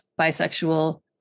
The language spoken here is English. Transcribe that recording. bisexual